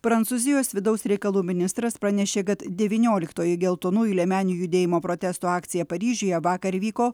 prancūzijos vidaus reikalų ministras pranešė kad devynioliktoji geltonųjų liemenių judėjimo protesto akcija paryžiuje vakar vyko